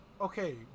Okay